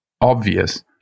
obvious